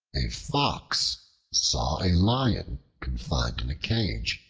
a fox saw a lion confined in a cage,